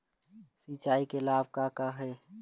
सिचाई के लाभ का का हे?